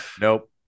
nope